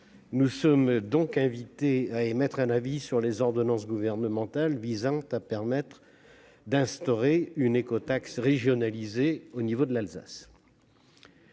nous sommes donc invités à émettre un avis sur les ordonnances gouvernementales visant à permettre d'instaurer une écotaxe régionalisée en Alsace.